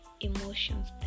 emotions